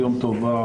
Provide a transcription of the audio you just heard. יום טוב,